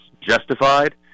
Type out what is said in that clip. justified